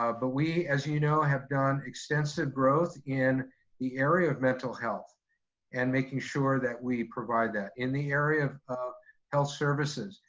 but we, as you know, have done extensive growth in the area of mental health and making sure that we provide that in the area of of health services.